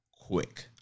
quick